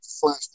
flash